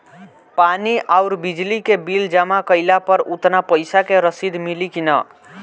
पानी आउरबिजली के बिल जमा कईला पर उतना पईसा के रसिद मिली की न?